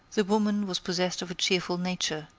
the woman was possessed of a cheerful nature,